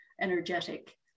energetic